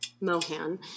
Mohan